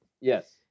Yes